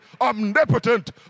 omnipotent